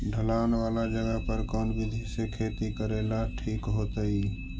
ढलान वाला जगह पर कौन विधी से खेती करेला ठिक होतइ?